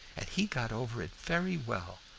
and he got over it very well.